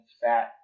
fat